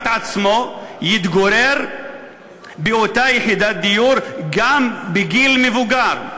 עצמו יתגורר באותה יחידת דיור גם בגיל מבוגר.